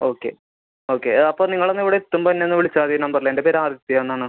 okay okay അപ്പോൾ നിങ്ങളൊന്ന് ഇവിടെ എത്തുമ്പം എന്നെ ഒന്ന് വിളിച്ചാൽ മതി ഈ നമ്പറിൽ എൻ്റെ പേര് ആദിത്യ എന്നാണ്